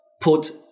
put